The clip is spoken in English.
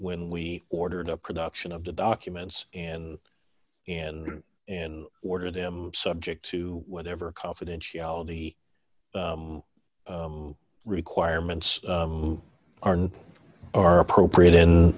when we ordered up production of the documents and and and order them subject to whatever confidentiality requirements are known are appropriate in